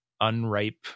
unripe